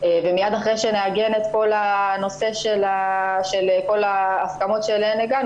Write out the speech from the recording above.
ומיד אחרי שנעגן את כל הנושא של כל ההסכמות שאליהן הגענו